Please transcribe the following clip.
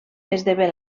esdevé